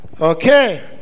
Okay